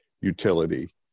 utility